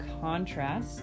contrast